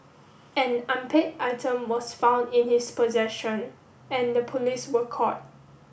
an unpaid item was found in his possession and the police were called